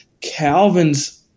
Calvin's